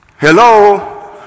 hello